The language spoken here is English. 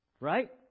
Right